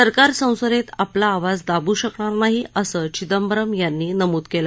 सरकार संसदेत आपला आवाज दाबू शकणार नाही असं चिदंबरम यांनी नमूद केलं